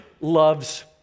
loves